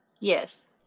Yes